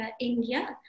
India